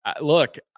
look